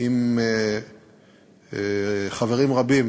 עם חברים רבים